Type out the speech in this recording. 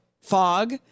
fog